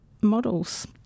models